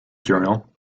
journal